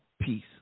peace